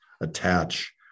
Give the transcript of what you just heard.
attach